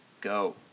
go